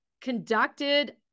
conducted